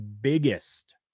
biggest